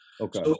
Okay